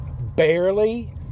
barely